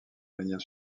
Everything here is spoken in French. manière